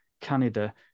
Canada